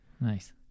Nice